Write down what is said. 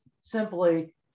simply